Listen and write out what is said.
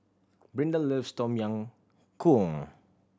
Brinda loves Tom Yam Goong